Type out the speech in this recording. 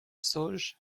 sauges